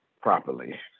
properly